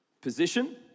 position